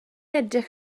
edrych